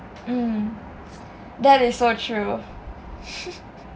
mm that is so true